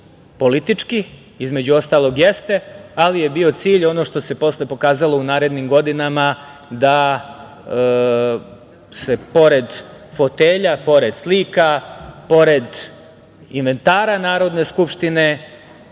politički, između ostalog jeste, ali je bio cilj ono što se posle pokazalo u narednim godinama, da se pored fotelja, pored slika, pored inventara Narodne skupštine,